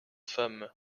femme